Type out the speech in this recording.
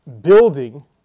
building